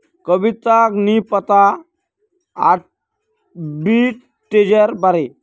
कविताक नी पता आर्बिट्रेजेर बारे